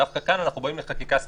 דווקא כאן אנחנו באים לחקיקה ספציפית,